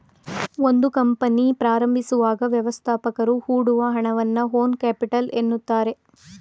ಒಂದು ಕಂಪನಿ ಪ್ರಾರಂಭಿಸುವಾಗ ವ್ಯವಸ್ಥಾಪಕರು ಹೊಡುವ ಹಣವನ್ನ ಓನ್ ಕ್ಯಾಪಿಟಲ್ ಎನ್ನುತ್ತಾರೆ